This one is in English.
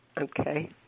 okay